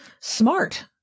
smart